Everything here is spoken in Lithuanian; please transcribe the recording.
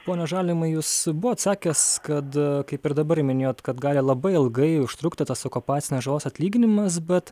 pone žalimai jūs buvot sakęs kad kaip ir dabar minėjot kad gali labai ilgai užtrukti tas okupacinės žalos atlyginimas bet